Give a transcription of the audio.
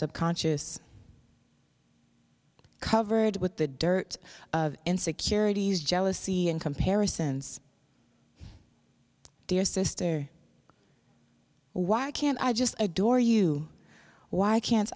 subconscious covered with the dirt insecurities jealousy and comparisons dear sister why can't i just adore you why can't